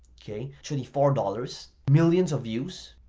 okay? twenty four dollars, millions of views,